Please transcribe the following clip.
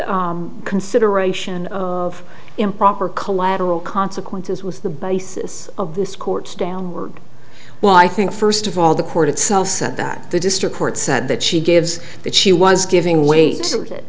the consideration of improper collateral consequences was the basis of this court's downward well i think first of all the court itself said that the district court said that she gives that she was giving weight that